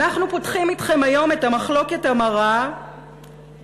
אנחנו פותחים אתכם היום את המחלוקת המרה והאידיאולוגית,